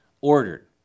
ordered